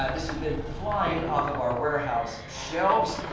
um this has been flying off of our warehouse shelves.